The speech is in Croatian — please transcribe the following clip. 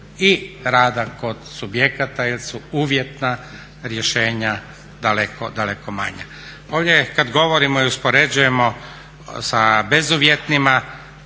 i rada kod subjekata jer su uvjetna rješenja daleko, daleko manja. Ovdje kad govorimo i uspoređujemo sa bezuvjetnima,